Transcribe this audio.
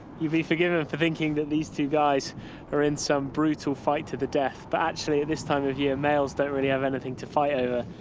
you be forgiven for thinking that these two guys are in some brutal fight to the death, but actually this time of year, males don't really have anything to fight over.